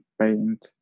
paint